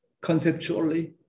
conceptually